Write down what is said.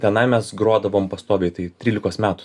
tenai mes grodavom pastoviai tai trylikos metų